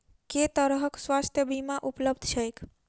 केँ तरहक स्वास्थ्य बीमा उपलब्ध छैक?